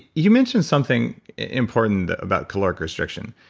you mentioned something important about caloric restriction.